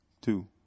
Two